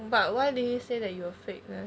but why did he say that you are fake leh